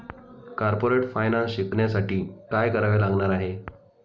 Corporate finance शिकण्यासाठी काय करावे लागणार आहे?